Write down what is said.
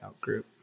outgroup